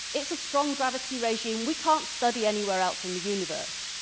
it's a strong gravity regime we can't study anywhere else in the universe.